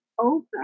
open